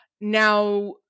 Now